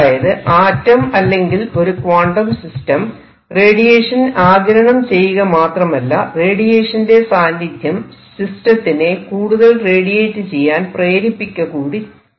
അതായത് ആറ്റം അല്ലെങ്കിൽ ഒരു ക്വാണ്ടം സിസ്റ്റം റേഡിയേഷൻ ആഗിരണം ചെയ്യുക മാത്രമല്ല റേഡിയേഷന്റെ സാന്നിധ്യം സിസ്റ്റത്തിനെ കൂടുതൽ റേഡിയേറ്റ് ചെയ്യാൻ പ്രേരിപ്പിക്കകൂടി ചെയ്യുന്നു